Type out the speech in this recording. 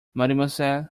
mademoiselle